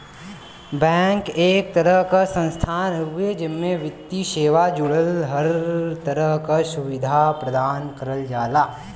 bank एक तरह क संस्थान हउवे जेमे वित्तीय सेवा जुड़ल हर तरह क सुविधा प्रदान करल जाला